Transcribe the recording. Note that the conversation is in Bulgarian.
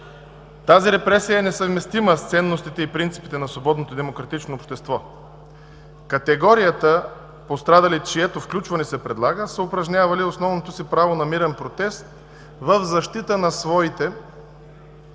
Тази репресия е несъвместима с ценностите и принципите на свободното демократично общество. Категорията пострадали, чието включване се предлага, са упражнявали основното си право на мирен протест в защита на своите